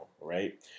right